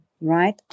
right